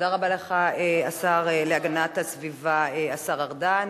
תודה רבה לך, השר להגנת הסביבה, השר ארדן.